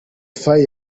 fire